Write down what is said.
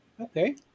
okay